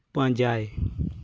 ᱯᱟᱸᱡᱟᱭ